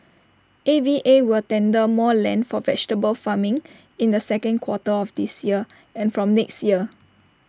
A V A will tender more land for vegetable farming in the second quarter of this year and from next year